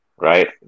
Right